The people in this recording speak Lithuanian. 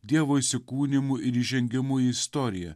dievo įsikūnijimu ir įžengimu į istoriją